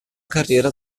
carriera